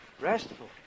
Restful